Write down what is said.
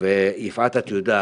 יפעת, את יודעת,